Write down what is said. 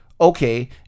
okay